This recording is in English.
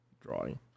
Drawing